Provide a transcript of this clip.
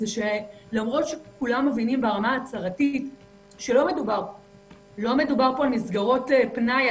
שלמרות שכולם מבינים ברמה ההצהרתית שלא מדובר פה על מסגרות פנאי,